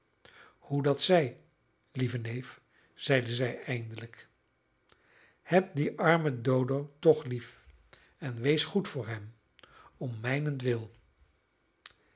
hoe dat zij lieve neef zeide zij eindelijk heb dien armen dodo toch lief en wees goed voor hem om mijnentwil